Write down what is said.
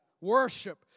Worship